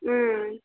ಊಂ